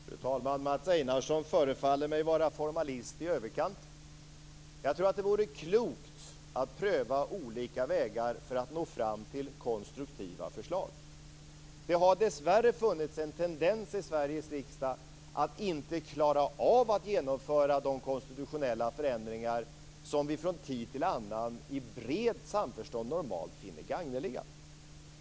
Fru talman! Mats Einarsson förefaller mig att vara formalist i överkant. Jag tror att det vore klokt att pröva olika vägar för att nå fram till konstruktiva förslag. Det har dessvärre funnits en tendens i Sveriges riksdag att inte klara av att genomföra de konstitutionella förändringar som vi från tid till annan i brett samförstånd normalt finner gagneliga.